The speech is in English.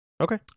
Okay